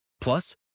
Plus